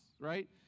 right